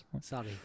Sorry